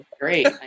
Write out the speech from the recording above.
great